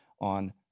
on